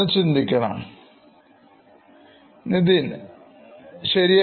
ചിന്തിക്കണം Nithin ശരിയാണ്